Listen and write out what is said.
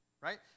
right